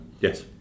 yes